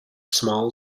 small